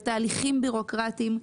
לתהליכים בירוקרטיים,